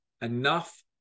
enough